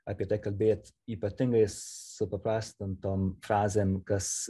apie tai kalbėt ypatingai supaprastintom frazėm kas